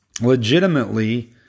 legitimately